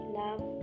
love